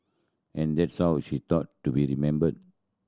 and that's how she taught to be remembered